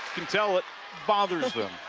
can tell it bothers them.